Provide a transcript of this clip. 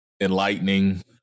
Enlightening